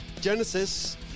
Genesis